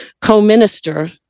co-minister